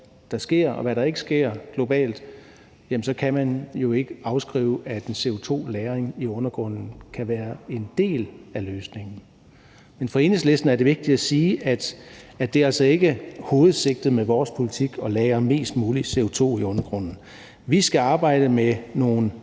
der sker og hvad der ikke sker globalt, så kan man jo ikke afskrive, at en CO2-lagring i undergrunden kan være en del af løsningen. Men for Enhedslisten er det vigtigt at sige, at det altså ikke er hovedsigtet med vores politik at lagre mest muligt CO2 i undergrunden. Vi skal arbejde med nogle